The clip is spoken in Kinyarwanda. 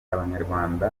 abanyarwanda